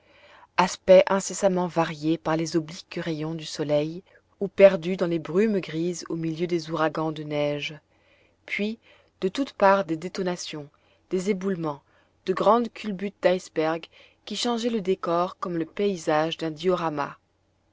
aspects incessamment variés par les obliques rayons du soleil ou perdus dans les brumes grises au milieu des ouragans de neige puis de toutes parts des détonations des éboulements de grandes culbutes d'icebergs qui changeaient le décor comme le paysage d'un diorama